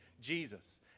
Jesus